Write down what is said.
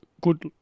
good